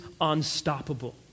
unstoppable